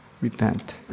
Repent